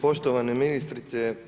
Poštovana ministrice.